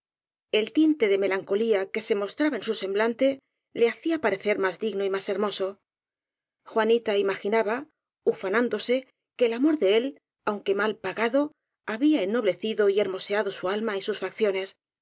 el tinte de melancolía que se mos traba en su semblante le hacía parecer más digno y más hermoso juanita imaginaba ufanándose que el amor de él aunque mal pagado había ennoble cido y hermoseado su alma y sus facciones